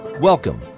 Welcome